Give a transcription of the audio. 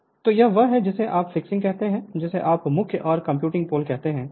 Refer Slide Time 1725 तो यह वह है जिसे आप फिक्सिंग कहते हैं जिसे आप मुख्य और कम्यूटिंग पोल कहते हैं